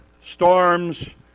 storms